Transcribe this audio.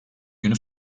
günü